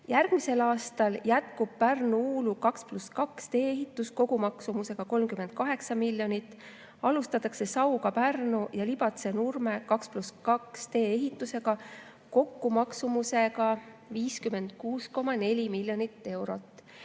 Järgmisel aastal jätkub Pärnu–Uulu 2 + 2 tee ehitus, kogumaksumusega 38 miljonit. Alustatakse Sauga–Pärnu ja Libatse–Nurme 2 + 2 tee ehitust, kogumaksumusega 56,4 miljonit eurot.